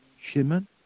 Shimon